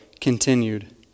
continued